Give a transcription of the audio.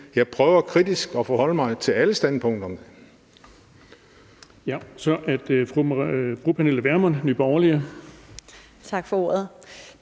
Jeg prøver at forholde mig kritisk til alle standpunkterne.